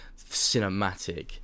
cinematic